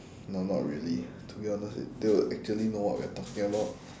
no not really to be honest they will actually know what we are talking about